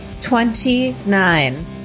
Twenty-nine